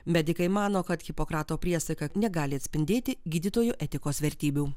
medikai mano kad hipokrato priesaika negali atspindėti gydytojų etikos vertybių